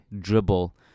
dribble